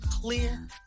clear